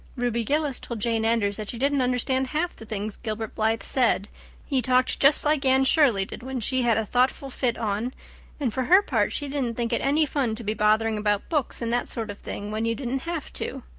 ruby gillis told jane andrews that she didn't understand half the things gilbert blythe said he talked just like anne shirley did when she had a thoughtful fit on and for her part she didn't think it any fun to be bothering about books and that sort of thing when you didn't have to.